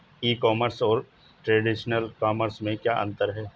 ई commerce और traditional commerce में क्या अंतर है?